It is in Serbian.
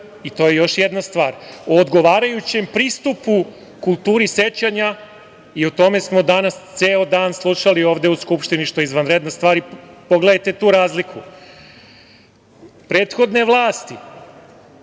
to je još jedna stvar, o odgovarajućem pristupu kulturi sećanja i o tome smo danas ceo dan slušali ovde u Skupštini, što je izvanredna stvar. Pogledajte tu razliku. Prethodne vlasti